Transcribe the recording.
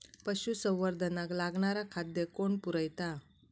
पशुसंवर्धनाक लागणारा खादय कोण पुरयता?